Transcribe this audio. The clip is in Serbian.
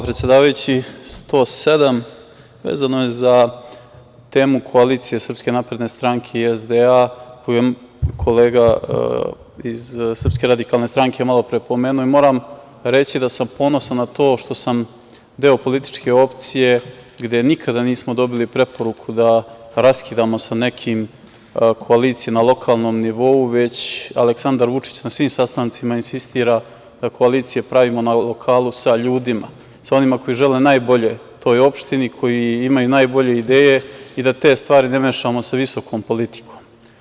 Član 107. vezano je za temu koalicije SNS i SDA, koju je kolega iz SRS malopre pomenuo i moram reći da sam ponosan na to što sam deo političke opcije gde nikada nismo dobili preporuku da raskidamo sa nekim koalicijama na lokalnom nivou, već Aleksandar Vučić na svim sastancima insistira da koalicije pravimo na lokalu sa ljudima koji žele najbolje toj opštini, koji imaju najbolje ideje i da te stvari ne mešamo sa visokom politikom.